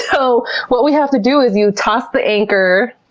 so what we have to do is, you toss the anchor,